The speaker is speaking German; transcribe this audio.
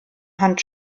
hand